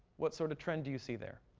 what sort of trend do you see there?